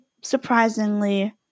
surprisingly